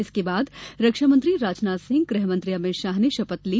इसके बाद रक्षा मंत्री राजनाथ सिंह गृह मंत्री अमित शाह ने शपथ ली